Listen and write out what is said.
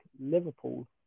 Liverpool